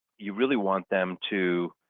you really want them to